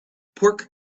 pork